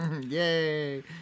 Yay